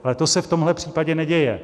Ale to se v tomhle případě neděje.